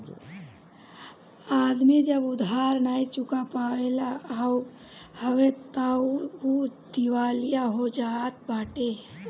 आदमी जब उधार नाइ चुका पावत हवे तअ उ दिवालिया हो जात बाटे